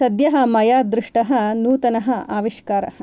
सद्यः मया दृष्टः नूतनः आविष्कारः